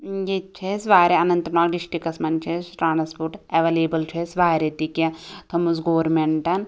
ییٚتہِ چھِ اسہِ واریاہ اَننت ناگ ڈِسٹِرٛکَس مَنٛز چھِ اسہِ ٹرٛانٛسپورٹ ایٚولیبٕل چھُ اسہِ واریاہ تہِ کیٚنٛہہ تھٔمٕژ گورمنٹَن